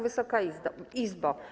Wysoka Izbo!